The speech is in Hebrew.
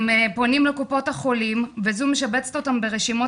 הם פונים לקופות החולים וזו משבצת אותם ברשימות